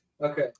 Okay